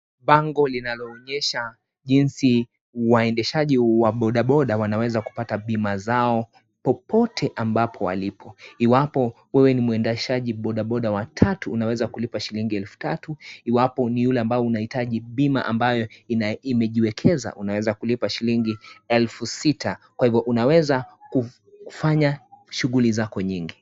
Bango linaloonyesha jinsi wendeshaji wa boda-boda wanaweza kupata bima zao popote ambapo walipo. Iwaapo wewe ni mwendashaji boda-boda wa tatu, unaweza kulipa shilingi elfu 3. Iwaapo ni ule ambao unahitaji bima ambayo imejiwekeza unaweza kulipa shilingi elfu 6. Kwa hivo unaweza kufanya shughuli zako nyingi.